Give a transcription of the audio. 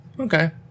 Okay